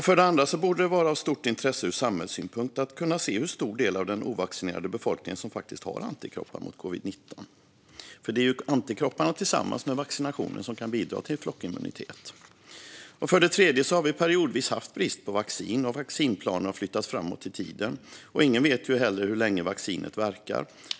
För det andra borde det vara av stort intresse ur samhällssynpunkt att kunna se hur stor del av den ovaccinerade befolkningen som har antikroppar mot covid-19. Det är ju antikropparna tillsammans med vaccinationen som kan bidra till flockimmunitet. För det tredje har vi periodvis haft brist på vaccin, och vaccinplaner har flyttats framåt i tiden. Ingen vet heller hur länge vaccinet verkar.